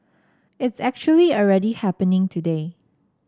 it's actually already happening today